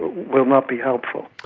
will not be helpful.